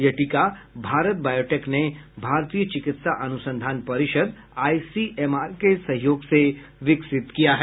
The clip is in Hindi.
यह टीका भारत बायोटेक ने भारतीय चिकित्सा अनुसंधान परिषद आईसीएमआर के सहयोग से विकसित किया है